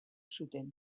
zuten